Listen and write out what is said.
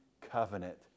covenant